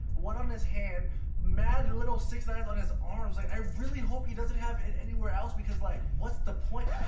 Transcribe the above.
one on his hand mad a little six nines on his arms like i really hope he doesn't have it anywhere else because, like what's the point?